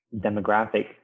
demographic